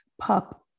pup